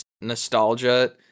nostalgia